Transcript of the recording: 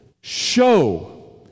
Show